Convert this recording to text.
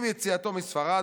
עם יציאתו מספרד,